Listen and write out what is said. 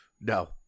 no